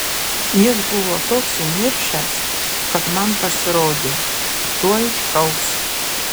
jis buvo toks įniršęs kad man pasirodė tuoj šaus